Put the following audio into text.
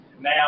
now